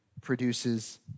produces